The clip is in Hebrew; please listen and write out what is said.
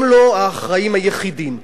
הם לא האחראים היחידים,